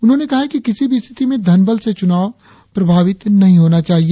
उन्होंने कहा है कि किसी भी स्थिति में धनबल से चुनाव प्रभावित नहीं होना चाहिए